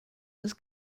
was